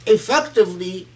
Effectively